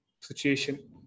situation